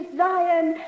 zion